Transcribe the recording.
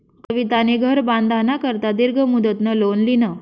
कवितानी घर बांधाना करता दीर्घ मुदतनं लोन ल्हिनं